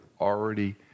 already